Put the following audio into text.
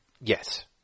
Yes